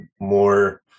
more